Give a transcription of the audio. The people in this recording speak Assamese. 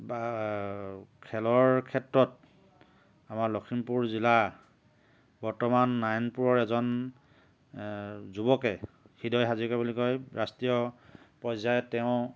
বা খেলৰ ক্ষেত্ৰত আমাৰ লখিমপুৰ জিলা বৰ্তমান নাৰায়ণপুৰৰ এজন যুৱকে হৃদয় হাজৰিকা বুলি কয় ৰাষ্ট্ৰীয় পৰ্যায়ত তেওঁ